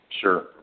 Sure